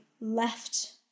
left